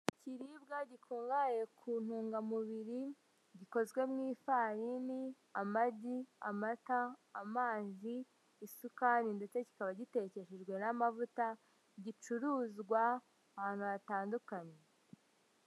Ikiribwa gikungahaye ku ntungamubiri gikozwe mu ifarini, amagi, amata, amazi, isukari ndetse kikaba gitekeshejwe n'amavuta gicuruzwa ahantu hatandukanye.